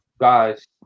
guys